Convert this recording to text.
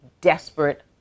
desperate